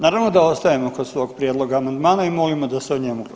Naravno da ostajemo kod svog prijedloga amandmana i molimo da se o njemu glasa.